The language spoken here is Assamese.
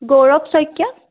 গৌৰৱ শইকীয়া